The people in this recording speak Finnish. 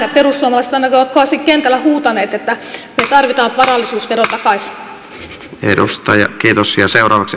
perussuomalaiset ainakin ovat kovasti kentällä huutaneet että me tarvitsemme varallisuusveron takaisin